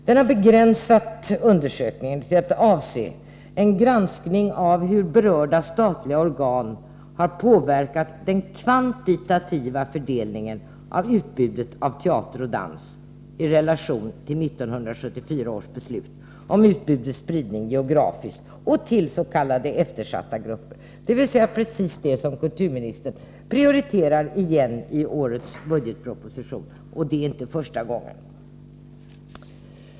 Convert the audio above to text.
Den har begränsat undersökningen till att avse en granskning av hur berörda statliga organ har påverkat den kvantitativa fördelningen av utbudet av teater och dans i relation till 1974 års beslut om utbudets spridning geografiskt och till s.k. eftersatta grupper — dvs. precis det som kulturministern prioriterar i årets budgetproposition, och det är inte första gången.